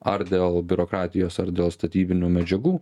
ar dėl biurokratijos ar dėl statybinių medžiagų